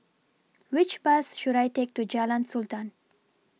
Which Bus should I Take to Jalan Sultan